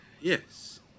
Yes